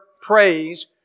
praise